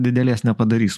didelės nepadarys